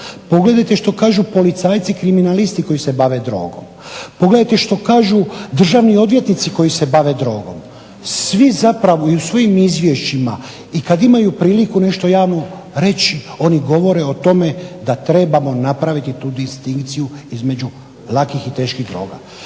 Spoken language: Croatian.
Pogledajte što kažu policajci kriminalisti koji se bave drogom. Pogledajte što kažu državni odvjetnici koji se bave drogom. Svi zapravo i u svojim izvješćima i kad imaju priliku nešto javno reći oni govore o tome da trebamo napraviti tu distinkciju između lakih i teških droga.